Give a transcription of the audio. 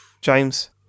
James